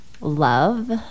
love